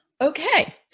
Okay